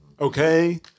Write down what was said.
okay